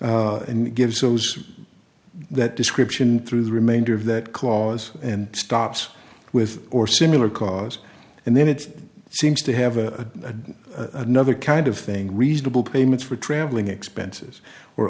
period and gives those that description through the remainder of that clause and stops with or similar cause and then it seems to have a nother kind of thing reasonable payments for travelling expenses or